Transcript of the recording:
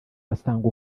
basanga